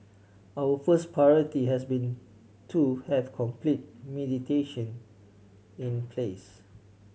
our first priority has been to have complete mitigation in place